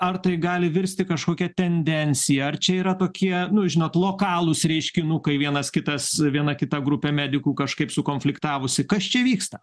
ar tai gali virsti kažkokia tendencija ar čia yra tokie nu žinot lokalūs reiškinukai vienas kitas viena kita grupė medikų kažkaip sukonfliktavusi kas čia vyksta